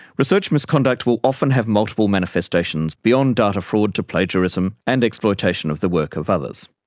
research misconduct will often have multiple manifestations beyond data fraud to plagiarism and exploitation of the work of others.